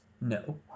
No